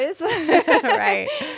Right